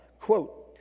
quote